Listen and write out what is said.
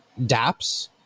dApps